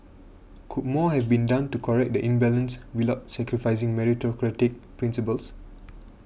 could more have been done to correct the imbalance without sacrificing meritocratic principles